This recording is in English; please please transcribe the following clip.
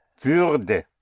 würde